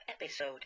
episode